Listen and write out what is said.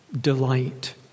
Delight